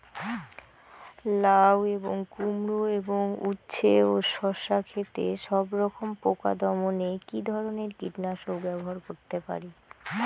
লাউ এবং কুমড়ো এবং উচ্ছে ও শসা ক্ষেতে সবরকম পোকা দমনে কী ধরনের কীটনাশক ব্যবহার করতে পারি?